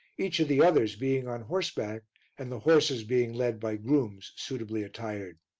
each of the others being on horseback and the horses being led by grooms suitably attired.